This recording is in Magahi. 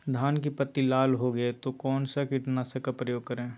धान की पत्ती लाल हो गए तो कौन सा कीटनाशक का प्रयोग करें?